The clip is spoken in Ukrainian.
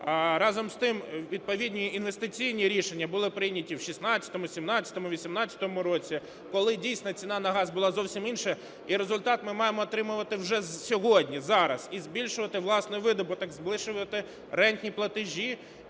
Разом з тим, відповідні інвестиційні рішення були прийняті у 16-му, 17-му, 18-му році, коли дійсно ціна на газ була зовсім інша, і результат ми маємо отримувати вже сьогодні, зараз і збільшувати власний видобуток, збільшувати рентні платежі.